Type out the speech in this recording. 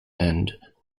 and